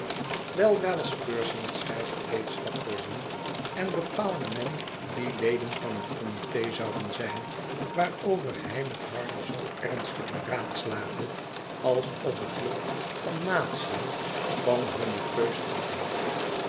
weldra was percy met schrijfgereedschap voorzien en bepaalde men wie leden van het committe zouden zijn waarover hij met hardy zoo ernstig beraadslaagde alsof het lot van natien van hunne keus afhing